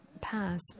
pass